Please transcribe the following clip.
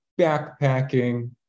backpacking